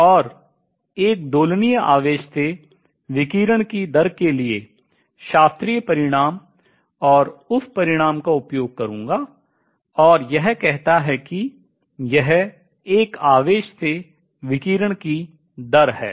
और एक दोलनीय आवेश से विकिरण की दर के लिए शास्त्रीय परिणाम और उस परिणाम का उपयोग करूंगा और यह कहता है कि यह एक आवेश से विकिरण की दर है